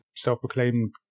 self-proclaimed